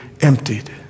emptied